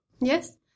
Yes